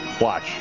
Watch